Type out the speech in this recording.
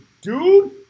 dude